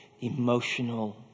emotional